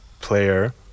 player